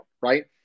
right